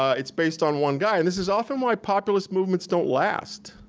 it's based on one guy. and this is often why populist movements don't last,